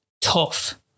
tough